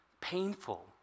painful